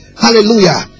Hallelujah